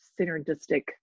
synergistic